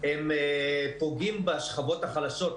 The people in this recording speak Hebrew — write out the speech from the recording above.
הם פוגעים בשכבות החלשות,